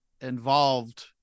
involved